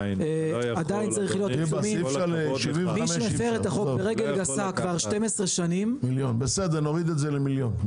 מי שיפר את החוק ברגל גסה כבר 12 שנים- -- נוריד את זה למיליון.